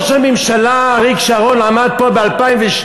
הלוא ראש הממשלה אריק שרון עמד פה ב-2002